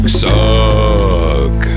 suck